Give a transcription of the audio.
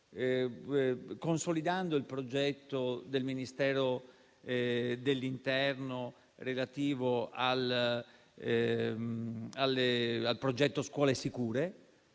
consolidando il progetto del Ministero dell'interno relativo al progetto «Scuole sicure»